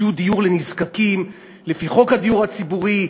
שהוא דיור לנזקקים לפי חוק הדיור הציבורי,